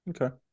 Okay